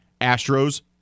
Astros